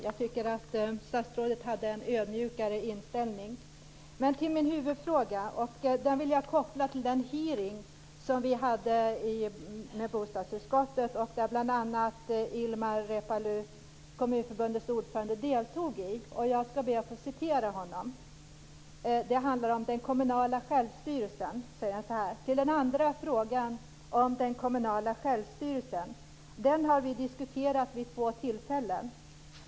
Jag tycker att statsrådet hade en ödmjukare inställning. Jag går sedan över till min huvudfråga. Jag vill koppla den till bostadsutskottets hearing, där bl.a. Jag skall be att få citera honom: "Till den andra frågan om den kommunala självstyrelsen. Den har vi diskuterat vid två tillfällen.